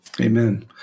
Amen